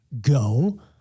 Go